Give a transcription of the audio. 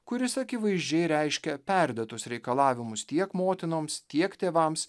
kuris akivaizdžiai reiškia perdėtus reikalavimus tiek motinoms tiek tėvams